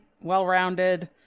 well-rounded